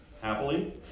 Happily